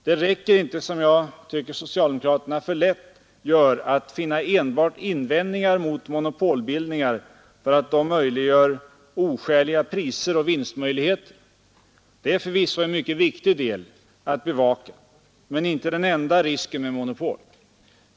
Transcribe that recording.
Det räcker inte att, som jag tycker att socialdemokraterna alltför lätt gör, finna enbart invändningar mot monopolbildningar för att de möjliggör oskäliga priser och vinstmöjligheter. Det är förvisso en mycket viktig del att bevaka men inte den enda risken med monopol.